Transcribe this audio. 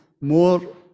more